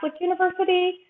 University